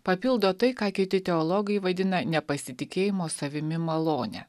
papildo tai ką kiti teologai vadina nepasitikėjimo savimi malone